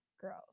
girls